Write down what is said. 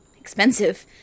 Expensive